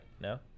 no